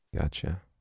Gotcha